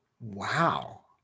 Wow